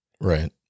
Right